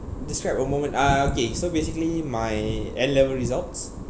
describe a moment uh okay so basically my N level results